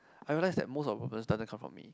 I realise that most of the problems doesn't come from me